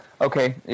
Okay